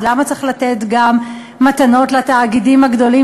אז למה צריך לתת גם מתנות לתאגידים הגדולים